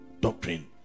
doctrine